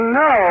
no